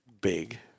Big